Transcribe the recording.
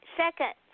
second